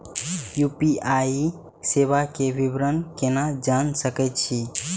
UPI सेवा के विवरण केना जान सके छी?